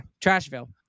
Trashville